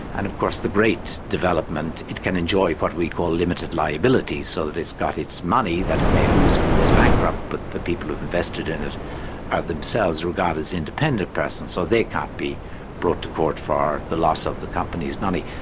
and of course the great development, it can enjoy what we call limited liability so that it's got its money that it may lose if it goes bankrupt, but the people who've invested in it are themselves regarded as independent persons, so they can't be brought to court for the loss of the company's money.